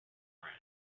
thread